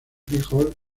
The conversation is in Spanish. frijol